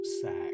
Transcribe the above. sack